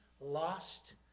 lost